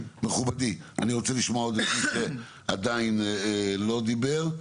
אני רוצה לשמוע את מי שעדיין לא דיבר.